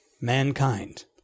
mankind